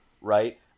right